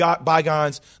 bygones